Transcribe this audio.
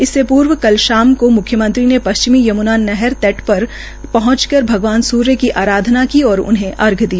इससे पूर्व कल शाम को म्ख्यमंत्री ने पश्चिमी यमुनानगर के तट पर पहंचकर भवगाव सूर्य की अराधना की और उन्हे अर्ध्य दिया